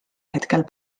hetkel